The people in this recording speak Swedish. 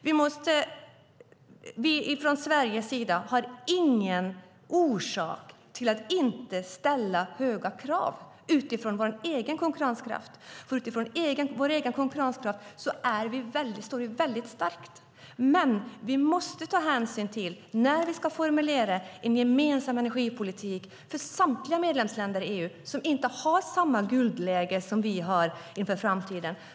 Vi har från Sveriges sida ingen orsak att inte ställa höga krav utifrån vår egen konkurrenskraft. Utifrån vår egen konkurrenskraft står vi väldigt starka. När vi ska formulera en gemensam energipolitik måste vi ta hänsyn till samtliga medlemsländer i EU som inte har samma guldläge som vi har inför framtiden.